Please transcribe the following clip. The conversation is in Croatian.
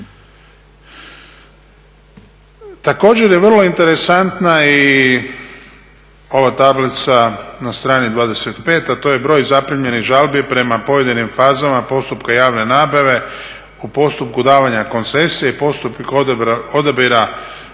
Također je vrlo interesantna i ova tablica na strani 25. a to je broj zaprimljenih žalbi prema pojedinim fazama postupka javne nabave u postupku davanja koncesije i postupku odabira